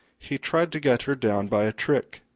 he tried to get her down by a trick.